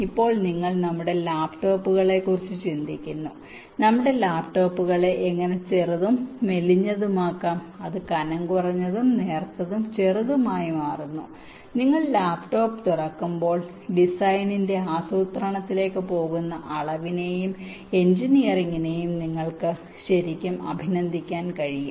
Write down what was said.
ഇപ്പോൾ നിങ്ങൾ നമ്മുടെ ലാപ്ടോപ്പുകളെക്കുറിച്ച് ചിന്തിക്കുന്നു നമ്മുടെ ലാപ്ടോപ്പുകളെ എങ്ങനെ ചെറുതും മെലിഞ്ഞതുമാക്കാം അത് കനംകുറഞ്ഞതും നേർത്തതും ചെറുതുമായി മാറുന്നു നിങ്ങൾ ലാപ്ടോപ്പ് തുറക്കുമ്പോൾ ഡിസൈനിന്റെ ആസൂത്രണത്തിലേക്ക് പോകുന്ന അളവിനെയും എഞ്ചിനീയറിംഗിനെയും നിങ്ങൾക്ക് ശരിക്കും അഭിനന്ദിക്കാൻ കഴിയും